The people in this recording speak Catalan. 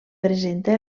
presenta